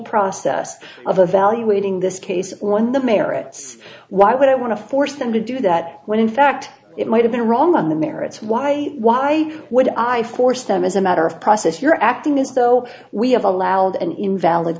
process of evaluating this case when the merits why would i want to force them to do that when in fact it might have been wrong on the merits why why would i force them as a matter of process you're acting as though we have allowed an invalid